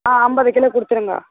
ஆ ஐம்பது கிலோ கொடுத்துறங்க